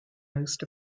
most